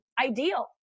ideal